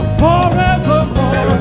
forevermore